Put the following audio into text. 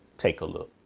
take a look.